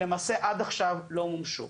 שלמעשה עד עכשיו לא מומשו.